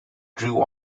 drew